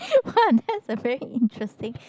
!wah! that's a very interesting